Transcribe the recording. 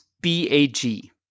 B-A-G